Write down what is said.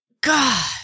God